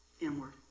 inward